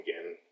again